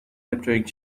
capturing